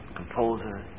composer